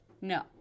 No